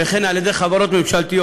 וכן על ידי חברות ממשלתיות.